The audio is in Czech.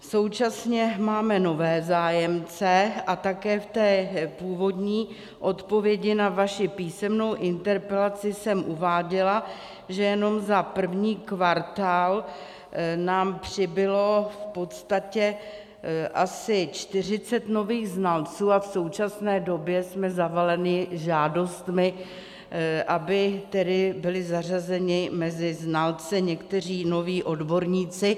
Současně máme nové zájemce a také v původní odpovědi na vaši písemnou interpelaci jsem uváděla, že jenom za první kvartál nám přibylo v podstatě asi 40 nových znalců a v současné době jsme zavaleni žádostmi, aby byli zařazeni mezi znalce někteří noví odborníci.